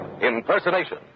impersonation